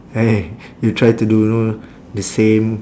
eh you try to do you know the same